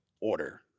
order